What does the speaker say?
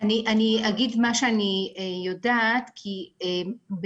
אני אגיד מה שאני יודעת, כי בנושא.